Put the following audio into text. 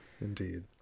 indeed